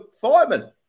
fireman